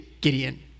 Gideon